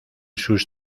sus